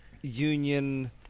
union